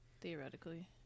Theoretically